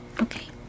Okay